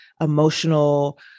emotional